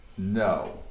No